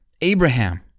Abraham